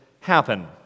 happen